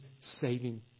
saving